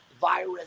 virus